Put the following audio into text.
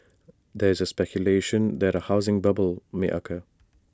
there is speculation that A housing bubble may occur